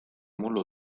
mullu